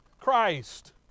Christ